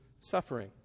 suffering